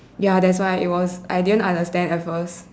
ya that's why it was I didn't understand at first